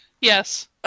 Yes